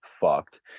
fucked